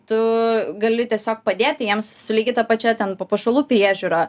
tu gali tiesiog padėti jiems su lygiai ta pačia ten papuošalų priežiūra